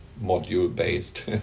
module-based